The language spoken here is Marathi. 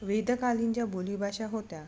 वेदकालीन ज्या बोलीभाषा होत्या